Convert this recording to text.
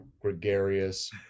gregarious